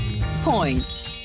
point